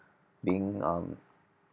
being um